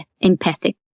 empathic